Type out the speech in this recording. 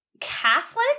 Catholic